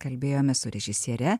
kalbėjomės su režisiere